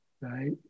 right